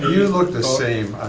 like the same.